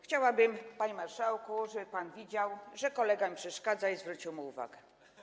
Chciałabym, panie marszałku, żeby pan widział, że kolega mi przeszkadza, i zwrócił mu uwagę.